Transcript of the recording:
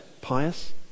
pious